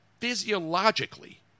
physiologically